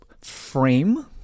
frame